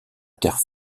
terre